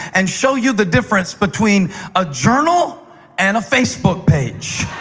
and show you the difference between a journal and a facebook page.